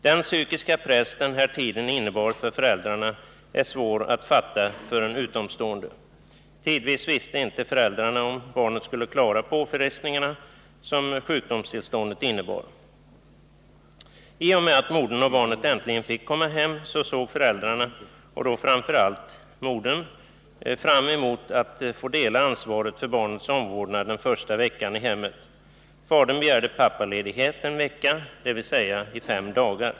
Den psykiska press denna tid innebar för föräldrarna är svår att fatta för en utomstående. Tidvis visste inte föräldrarna om barnet skulle klara de påfrestningar som sjukdomstillståndet innebar. T och med att modern och barnet äntligen fick komma hem, såg föräldrarna — och då framför allt modern — fram emot att få dela ansvaret för barnets omvårdnad den första veckan i hemmet. Fadern begärde ”pappaledighet” en vecka, dvs. i fem dagar.